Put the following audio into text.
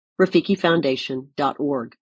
RafikiFoundation.org